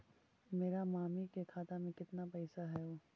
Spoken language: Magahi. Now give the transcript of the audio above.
मेरा मामी के खाता में कितना पैसा हेउ?